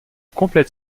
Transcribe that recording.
complète